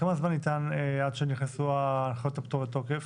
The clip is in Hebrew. כמה זמן ניתן עד שנכנסו הנחיות הפטור לתוקף?